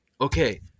okay